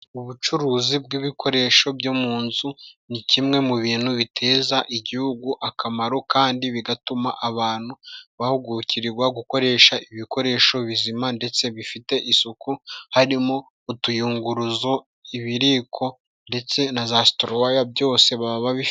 Ubucuruzi bw'ibikoresho byo mu nzu， ni kimwe mu bintu biteza igihugu akamaro，kandi bigatuma abantu bahugukirwa gukoresha ibikoresho bizima， ndetse bifite isuku， harimo utuyunguruzo，ibiyiko ndetse na za situruwaya byose baba babifite.